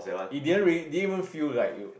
it didn't really didn't even feel like it would